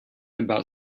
about